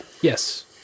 yes